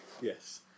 Yes